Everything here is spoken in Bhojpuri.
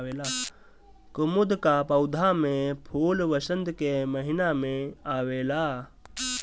कुमुद कअ पौधा में फूल वसंत के महिना में आवेला